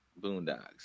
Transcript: Boondocks